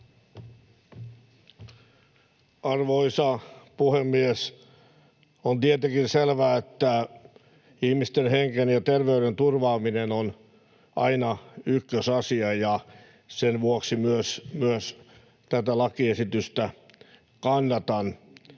Arvoisa puhemies! On tietenkin selvää, että ihmisten hengen ja terveyden turvaaminen on aina ykkösasia, ja sen vuoksi tätä lakiesitystä kannatan.